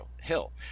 Hill